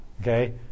Okay